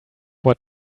what